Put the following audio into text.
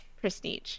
prestige